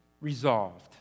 resolved